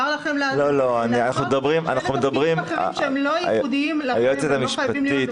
לכם לעשות --- תפקידים אחרים שהם לא ייחודיים לכם ולא חייבים --- לא,